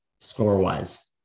score-wise